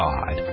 God